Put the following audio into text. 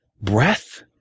breath